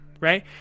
right